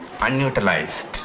unutilized